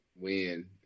win